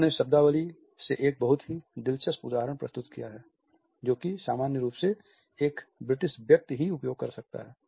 उन्होंने शब्दावली से एक बहुत ही दिलचस्प उदाहरण प्रस्तुत किया है जो कि सामान्य रूप से एक ब्रिटिश व्यक्ति ही उपयोग कर सकता है